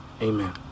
Amen